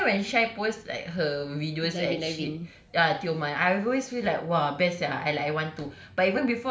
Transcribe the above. like that's why when shai like her videos ya tioman I always feel like !wah! best sia ah like I want to